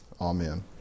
Amen